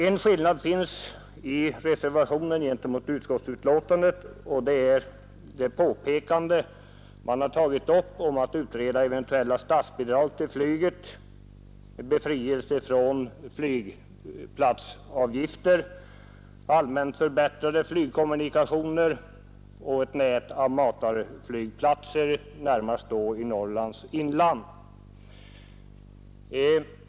En skillnad finns mellan reservationen och utskottsbetänkandet, nämligen att man i reservationen har tagit upp frågan om att utreda eventuella statsbidrag till flyget, befrielse från flygplatsavgiften och allmänt förbättrade flygkommunikationer genom ett nät av matarflygplatser, närmast i Norrlands inland.